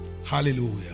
Hallelujah